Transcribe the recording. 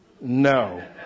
No